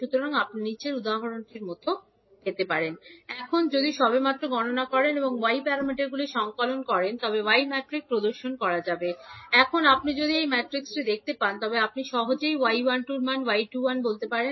সুতরাং আপনি বলতে পারেন এখন আপনি যদি সবেমাত্র গণনা করেছেন এমন y প্যারামিটারগুলি সংকলন করেন y ম্যাট্রিক্স প্রদর্শিত হিসাবে প্রদর্শিত হবে এখন আপনি যদি এই ম্যাট্রিক্সটি দেখতে পান তবে আপনি সহজেই y 12 এর সমান y 21 বলতে পারেন